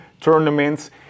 tournaments